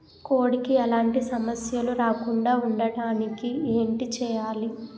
కోడి కి ఎలాంటి సమస్యలు రాకుండ ఉండడానికి ఏంటి చెయాలి?